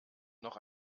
noch